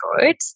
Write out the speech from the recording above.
good